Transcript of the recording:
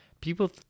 people